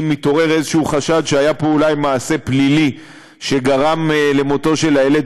אם מתעורר איזשהו חשד שהיה פה אולי מעשה פלילי שגרם למותו של הילד,